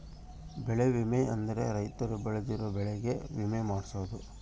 ಬೆಳೆ ವಿಮೆ ಅಂದ್ರ ರೈತರು ಬೆಳ್ದಿರೋ ಬೆಳೆ ಗೆ ವಿಮೆ ಮಾಡ್ಸೊದು